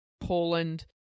Poland